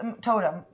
totem